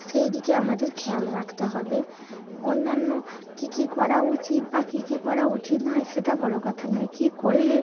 সেই দিকে আমাদের খেয়াল রাখতে হবে অন্যান্য কী কী করা উচিত বা কী কী করা উচিত নয় সেটা বড় কথা নয় কী করলে